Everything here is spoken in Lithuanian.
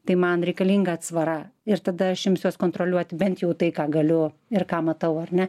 tai man reikalinga atsvara ir tada aš imsiuos kontroliuoti bent jau tai ką galiu ir ką matau ar ne